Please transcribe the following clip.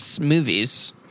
movies